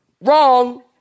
Wrong